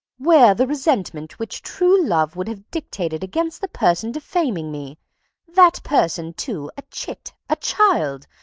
where the resentment which true love would have dictated against the person defaming me that person, too, a chit, a child,